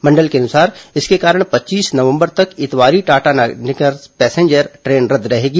मंडल के अनुसार इसके कारण पच्चीस नवंबर तक इतवारी टाटानगर पैंसेजर ट्रेन रद्द रहेगी